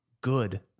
good